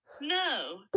no